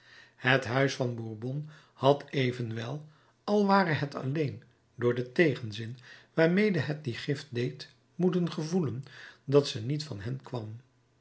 het huis van bourbon had evenwel al ware het alleen door den tegenzin waarmede het die gift deed moeten gevoelen dat ze niet van hen kwam